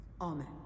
Amen